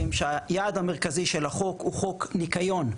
שהיעד המרכזי של החוק הוא חוק ניקיון.